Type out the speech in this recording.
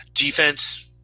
Defense